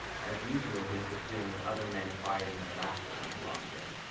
as usual, he has the feeling of other men quieting their laughter when he walks in.